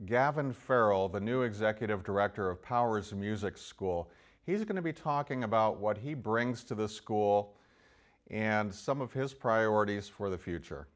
gavin for all the new executive director of powers music school he's going to be talking about what he brings to the school and some of his priorities for the future